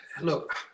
Look